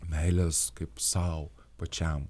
meilės kaip sau pačiam